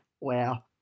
Wow